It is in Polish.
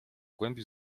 głębi